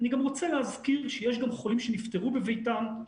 אני רוצה להזכיר, שיש גם חולים שנפטרו בביתם,